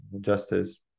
justice